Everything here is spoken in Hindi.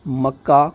मक्का